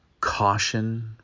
caution